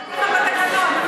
ככה בתקנון.